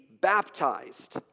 baptized